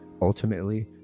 ultimately